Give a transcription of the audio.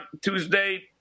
Tuesday